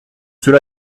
cela